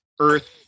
earth